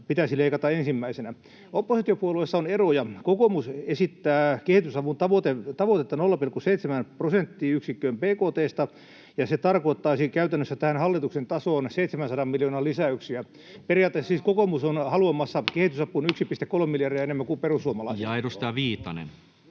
pitäisi leikata ensimmäisenä. Oppositiopuolueissa on eroja. Kokoomus esittää kehitysavun tavoitetta 0,7 prosenttiyksikköön bkt:sta, ja se tarkoittaisi käytännössä tähän hallituksen tasoon 700 miljoonan lisäyksiä. Periaatteessa siis kokoomus on haluamassa kehitysapuun 1,3 miljardia enemmän kuin perussuomalaiset. Edustaja Viitanen.